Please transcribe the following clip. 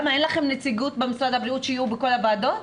אין לכם נציגות ממשרד הבריאות שיהיו בכל הוועדות?